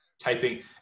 typing